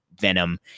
venom